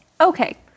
Okay